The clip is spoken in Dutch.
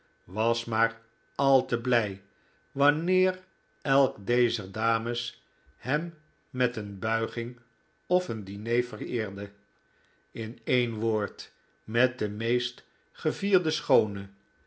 was maar al te blij wanneer elk dezer dames hem met een buiging of een diner vereerde in een woord met de meest gevierde schoone